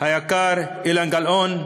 היקר אילן גילאון,